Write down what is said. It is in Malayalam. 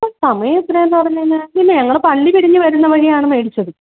ആ സമയെത്രയാന്ന് പറഞ്ഞു കഴിഞ്ഞാൽ ഇല്ല ഞങ്ങൾ പള്ളി പിരിഞ്ഞു വരുന്ന വഴിയാണ് മേടിച്ചത്